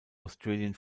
australian